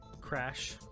Crash